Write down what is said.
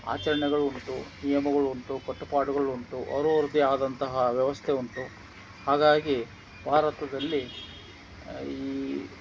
ಆಚರಣೆಗಳು ಉಂಟು ನಿಯಮಗಳುಂಟು ಕಟ್ಟುಪಾಡುಗಳುಂಟು ಅವ್ರವ್ರದ್ದೇ ಆದಂತಹ ವ್ಯವಸ್ಥೆ ಉಂಟು ಹಾಗಾಗಿ ಭಾರತದಲ್ಲಿ ಈ